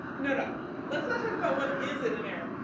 no, no let's not talk about what is in an error,